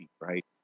right